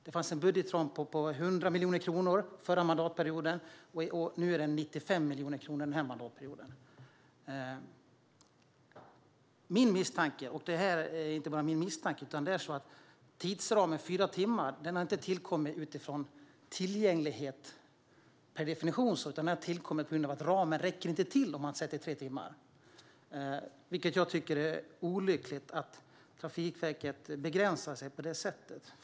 Det fanns en budgetram på 100 miljoner kronor förra mandatperioden, och denna mandatperiod är den 95 miljoner kronor. Jag har en misstanke, och det är egentligen inte bara en misstanke: Tidsramen fyra timmar har inte tillkommit utifrån tillgänglighet per definition, utan den har tillkommit på grund av att budgetramen inte räcker till om man sätter tidsramen till tre timmar. Jag tycker att det är olyckligt att Trafikverket begränsar sig på detta sätt.